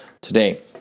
today